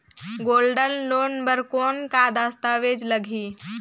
Gold loan बर कौन का दस्तावेज लगही?